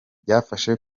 byafasha